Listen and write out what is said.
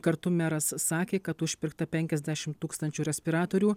kartu meras sakė kad užpirkta penkiasdešimt tūkstančių respiratorių